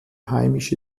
heimische